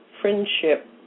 friendship